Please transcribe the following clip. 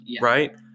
right